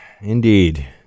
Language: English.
indeed